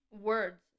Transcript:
words